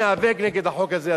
וצריכים להיאבק נגד החוק הזה,